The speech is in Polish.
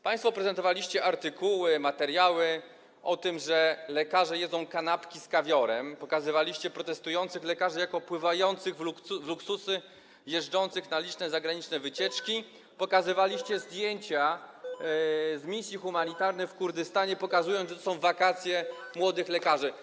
Państwo prezentowaliście artykuły, materiały o tym, że lekarze jedzą kanapki z kawiorem, pokazywaliście protestujących lekarzy jako opływających w luksusy, jeżdżących na liczne zagraniczne wycieczki, pokazywaliście zdjęcia z misji humanitarnych w Kurdystanie jako zdjęcia z wakacji młodych lekarzy.